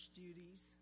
duties